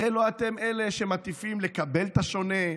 הרי לא אתם אלה שמטיפים לקבל את השונה,